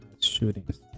shootings